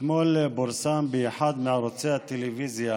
אתמול פורסם באחד מערוצי הטלוויזיה